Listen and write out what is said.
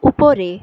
উপরে